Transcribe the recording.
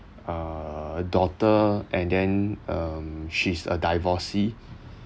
a daughter and then um she's a divorcee